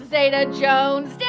Zeta-Jones